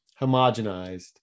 homogenized